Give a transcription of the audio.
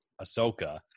Ahsoka